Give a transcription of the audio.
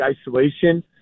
isolation